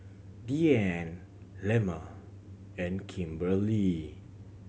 Dianne Lemma and Kimberlee